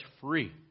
free